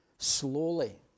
Slowly